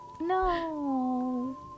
No